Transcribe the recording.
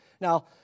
Now